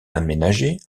aménagé